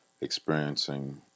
experiencing